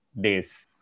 days